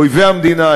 אויבי המדינה,